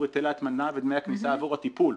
היטל הטמנה ודמי הכניסה עבור הטיפול.